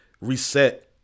reset